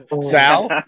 Sal